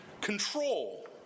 control